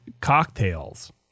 cocktails